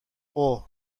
اوه